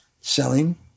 selling